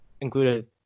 included